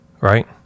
right